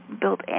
built